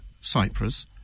Cyprus